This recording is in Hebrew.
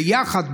ויחד,